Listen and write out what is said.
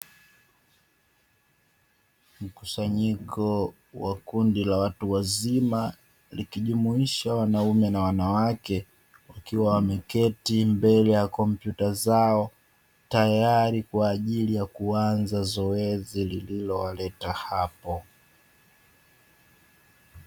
Mkusanyiko wa kundi la watu wazima likijumuisha wanaume na wanawake wakiwa wameketi mbele ya kompyuta zao tayari kwa ajili ya kuanza zoezi lililowaleta hapo.